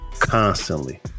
constantly